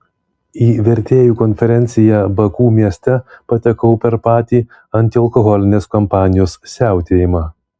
į vertėjų konferenciją baku mieste patekau per patį antialkoholinės kampanijos siautėjimą